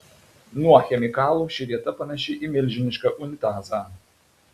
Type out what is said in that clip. nuo chemikalų ši vieta panaši į milžinišką unitazą